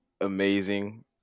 amazing